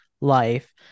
life